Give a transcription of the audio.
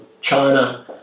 China